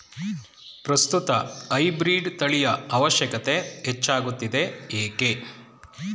ಪ್ರಸ್ತುತ ಹೈಬ್ರೀಡ್ ತಳಿಯ ಅವಶ್ಯಕತೆ ಹೆಚ್ಚಾಗುತ್ತಿದೆ ಏಕೆ?